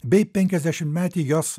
bei penkiasdešimtmetį jos